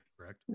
correct